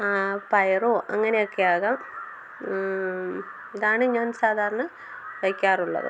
പയറോ അങ്ങനെയൊക്കെ ആകാം ഇതാണ് ഞാൻ സാധാരണ വയ്ക്കാറുള്ളത്